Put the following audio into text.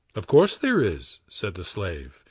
of course there is, said the slave,